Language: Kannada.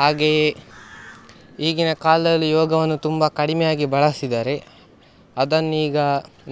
ಹಾಗೆಯೇ ಈಗಿನ ಕಾಲದಲ್ಲಿ ಯೋಗವನ್ನು ತುಂಬ ಕಡಿಮೆಯಾಗಿ ಬಳಸ್ತಿದ್ದಾರೆ ಅದನ್ನೀಗ